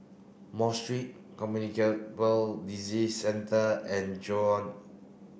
Mosque Street Communicable Disease Centre and Joan